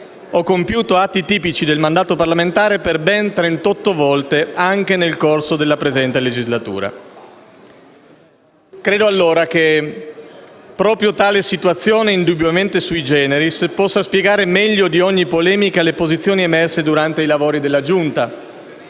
o compiuto atti tipici del mandato parlamentare per ben trentotto volte, anche nel corso della presente legislatura. Credo allora che proprio tale situazione, indubbiamente *sui generis*, possa spiegare meglio di ogni polemica le posizioni emerse durante i lavori della Giunta,